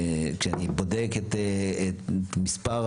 רק נזכיר שוועדת החריגים שבחנה את ביטול תקני